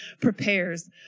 prepares